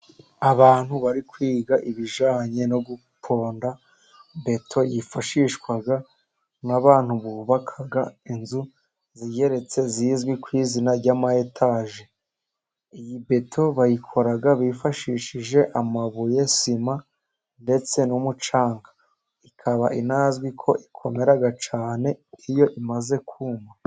Abantu bari kwiga ibijyananye no guponda beto yifashishwa n'abantu bubaka inzu zigeretse zizwi ku izina rya etaje. Iyi beto bayikora bifashishije amabuye, sima ndetse n'umucanga. Ikaba inazwi ko ikomera cyane iyo imaze kuma.